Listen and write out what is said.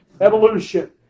Evolution